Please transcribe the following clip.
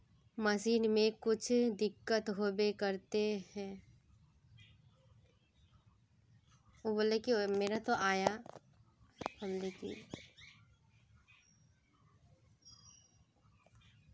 Machine में कुछ दिक्कत होबे करते है?